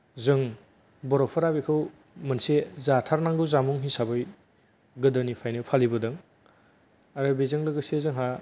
जों बर'फोरा बेखौ मोनसे जाथारनांगौ जामुं हिसाबै गोदोनिफ्रायनो फालिबोदों आरो बेजों लोगोसे जोंहा